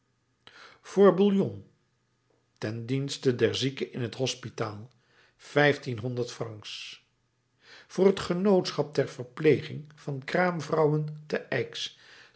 voor bouillon ten dienste der zieken in het hospitaal vijftienhonderd francs voor het genootschap ter verpleging van kraamvrouwen te aix